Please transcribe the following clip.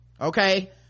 okay